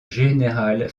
général